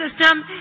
system